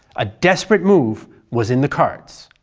a desperate move was in the cards.